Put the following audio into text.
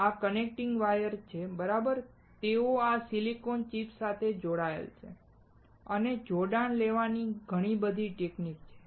આ connecting wire બરાબર તેઓ આ સિલિકોન ચિપ સાથે જોડાયેલ છે અને જોડાણ લેવાની ઘણી ટેકનીક છે